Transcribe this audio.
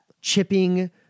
chipping